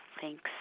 thanks